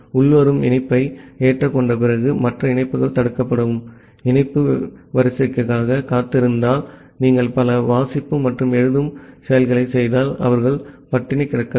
உள்வரும் இணைப்பை ஏற்றுக்கொண்ட பிறகு மற்ற இணைப்புகள் தடுக்கப்பட்டு இணைப்பு வரிசைக்காகக் காத்திருந்தால் நீங்கள் பல வாசிப்பு மற்றும் எழுதும் செயல்களைச் செய்தால் அவர்கள் ஸ்டார்வேடு கிடக்கக்கூடும்